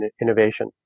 Innovation